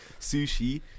Sushi